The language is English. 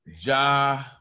Ja